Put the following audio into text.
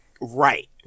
Right